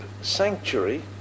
Sanctuary